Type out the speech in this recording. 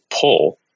pull